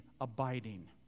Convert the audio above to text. abiding